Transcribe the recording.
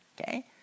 okay